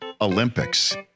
Olympics